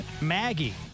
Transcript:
Maggie